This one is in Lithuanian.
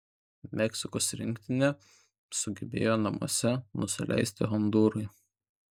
meksikos rinktinė sugebėjo namuose nusileisti hondūrui